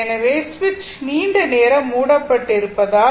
எனவே சுவிட்ச் நீண்ட நேரம் மூடப்பட்டிருப்பதால்